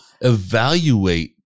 evaluate